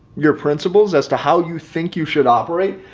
your principles as to how you think you should operate.